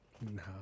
no